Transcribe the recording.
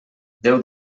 déu